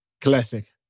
classic